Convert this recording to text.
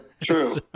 True